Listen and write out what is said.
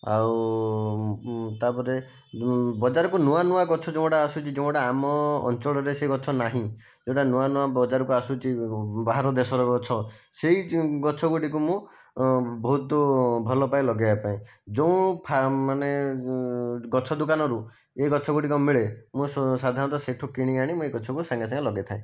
ଆଉ ତା ପରେ ବଜାରକୁ ନୂଆ ନୂଆ ଗଛ ଯେଉଁ ଗୁଡ଼ା ଆସୁଛି ଯେଉଁ ଗୁଡ଼ା ଆମ ଅଞ୍ଚଳରେ ସେ ଗଛ ନାହିଁ ଯେଉଁଟା ନୂଆ ନୂଆ ବଜାରକୁ ଆସୁଛି ବାହାର ଦେଶର ଗଛ ସେହି ଗଛ ଗୁଡ଼ିକୁ ମୁଁ ବହୁତ ଭଲ ପାଏ ଲଗାଇବା ପାଇଁ ଯେଉଁ ଫା ମାନେ ଗଛ ଦୋକାନରୁ ଏହି ଗଛଗୁଡ଼ିକ ମିଳେ ମୁଁ ସାଧାରଣତଃ ସେଠୁ କିଣି ଆଣି ମୁଁ ଏହି ଗଛକୁ ସାଙ୍ଗେ ସାଙ୍ଗେ ଲଗାଇଥାଏ